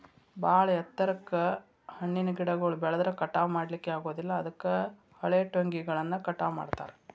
ಬಾಳ ಎತ್ತರಕ್ಕ್ ಹಣ್ಣಿನ ಗಿಡಗಳು ಬೆಳದ್ರ ಕಟಾವಾ ಮಾಡ್ಲಿಕ್ಕೆ ಆಗೋದಿಲ್ಲ ಅದಕ್ಕ ಹಳೆಟೊಂಗಿಗಳನ್ನ ಕಟಾವ್ ಮಾಡ್ತಾರ